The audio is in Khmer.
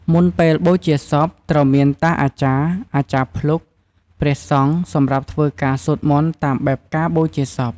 មុនពេលបូជាសពត្រូវមានតាអាចារ្យ អាចារ្យភ្លុក ព្រះសង្ឃ សម្រាប់ធ្វើការ សូត្រមន្តតាមបែបការបូជាសព។